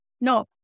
No